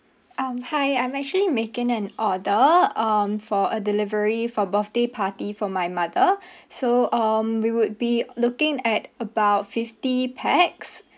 um hi I'm actually making an order um for a delivery for birthday party for my mother so um we would be looking at about fifty pax